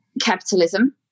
capitalism